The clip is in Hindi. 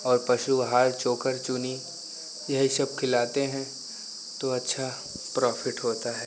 और पशु आहार चोकर चुन्नी यही सब खिलाते हैं तो अच्छा प्रॉफिट होता है